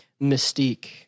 mystique